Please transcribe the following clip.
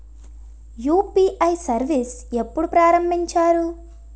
UPI service ఎప్పుడు ప్రారంభించారు?